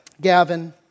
Gavin